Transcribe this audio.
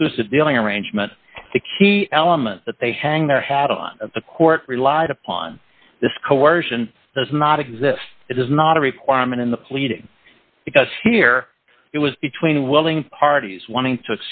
exclusive dealing arrangement the key element that they hang their hat on the court relied upon this coercion does not exist it is not a requirement in the pleading because here it was between willing parties wanting to